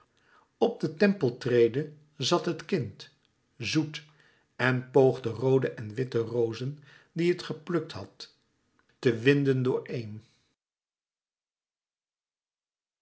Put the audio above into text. op de tempeltrede zat het kind zoet en poogde roode en witte rozen die het geplukt had te winden door een